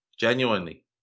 Genuinely